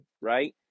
right